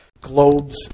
Globes